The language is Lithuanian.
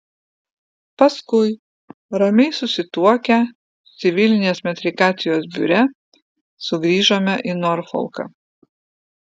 paskui ramiai susituokę civilinės metrikacijos biure sugrįžome į norfolką